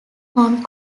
hong